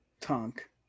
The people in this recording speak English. Tonk